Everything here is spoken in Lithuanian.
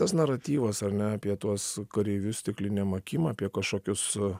tas naratyvas ar ne apie tuos kareivius stiklinėm akim apie kažkokius